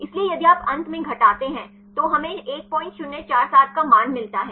इसलिए यदि आप अंत में घटाते हैं तो हमें 1047 का मान मिलता है